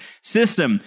system